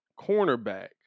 cornerback